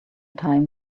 time